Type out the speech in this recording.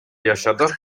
yaşadı